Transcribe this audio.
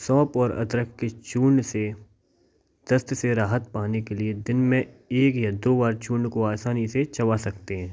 सौंफ और अदरक के चूर्ण से दस्त से राहत पाने के लिए दिन मे एक या दो बार चूर्ण को आसानी से चवा सकते हैं